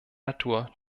natur